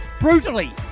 brutally